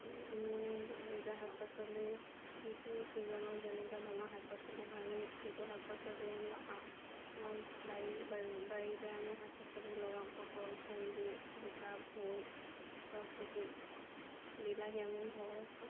আমি সেউজীয়া শাক পাচলি যিটো ছিজনত যেনেকুৱা ধৰণৰ শাক পাচলি হয় আমি সেইটো শাক পাচলি আমি খাওঁ আমাৰ বাৰী বাৰী বাৰীতে আমি শাক পাচলি লগাওঁ পটল ভেন্দি জিকা ভোল চট্পতি বিলাহী আমি ঘৰৰে খাওঁ